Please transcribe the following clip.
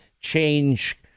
change